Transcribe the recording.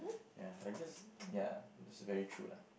ya just ya just very true lah